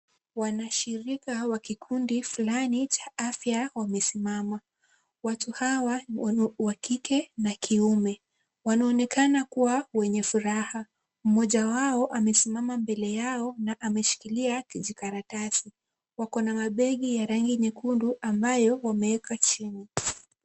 Wanashirika wa kikundi fulani cha afya wamesimama. Watu hawa ni wa kike na kiume. Wanaonekana kuwa wenye furaha. Mmoja wao amesimama mbele yao na ameshikilia kijikaratasi. Wako na mabegi ya rangi nyekundu ambayo wameweka chini.